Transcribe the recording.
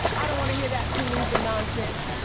i don't want to hear that hula-hoopin' nonsense.